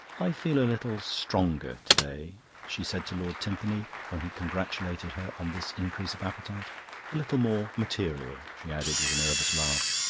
i feel a little stronger to-day she said to lord timpany, when he congratulated her on this increase of appetite a little more material she added, with a nervous laugh.